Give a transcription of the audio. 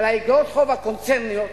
של איגרות החוב הקונצרניות,